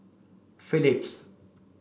Phillips